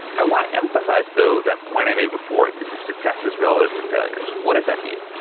i want to emphasise though that point i made before, this is successes relative to failures. what does that mean?